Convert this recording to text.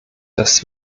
das